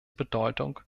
bedeutung